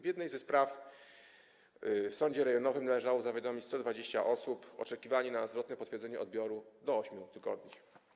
W jednej ze spraw w sądzie rejonowym należało zawiadomić 120 osób, oczekiwanie na zwrotne potwierdzenie odbioru - do 8 tygodni.